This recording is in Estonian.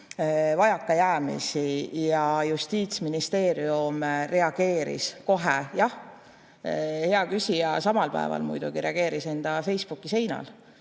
vajakajäämisi, ja Justiitsministeerium reageeris kohe. Jah, hea küsija samal päeval reageeris enda Facebooki seinal,